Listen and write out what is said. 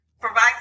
provide